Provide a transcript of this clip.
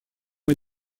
est